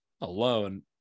alone